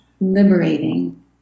liberating